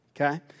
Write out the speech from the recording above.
okay